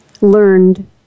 learned